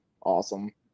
awesome